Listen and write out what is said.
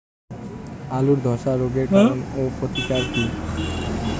আলুর ধসা রোগের কারণ ও প্রতিকার কি?